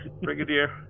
Brigadier